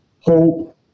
hope